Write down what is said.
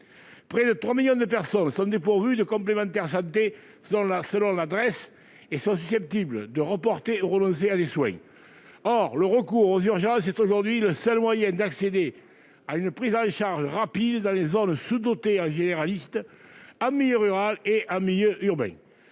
près de 3 millions de personnes sont dépourvues de complémentaire santé et sont susceptibles de reporter des soins, ou d'y renoncer. Le recours aux urgences est aujourd'hui le seul moyen d'accéder à une prise en charge rapide dans les zones sous-dotées en médecins généralistes, en milieu rural comme urbain.